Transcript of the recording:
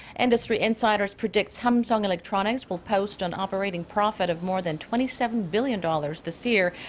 industry insiders predict samsung electronics will post an operating profit of more than twenty seven billion dollars this year,